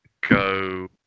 go